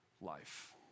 life